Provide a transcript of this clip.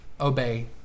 Obey